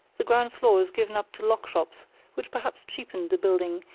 the ground floor is given up to lock-up shops which perhaps cheapened the building,